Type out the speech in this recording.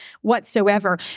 whatsoever